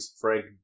Frank